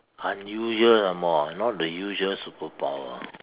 unusual some more ah not the usual superpower